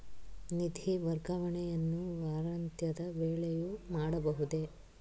ನಿಧಿ ವರ್ಗಾವಣೆಯನ್ನು ವಾರಾಂತ್ಯದ ವೇಳೆಯೂ ಮಾಡಬಹುದೇ?